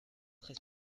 très